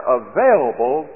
available